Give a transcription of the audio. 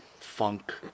funk